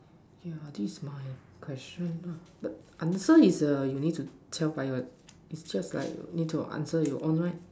yeah this is my question lah but answer is err you need to tell by your is just like need to answer your own right